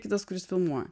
kitas kuris filmuoja